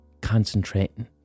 Concentrating